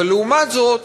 אבל לעומת זאת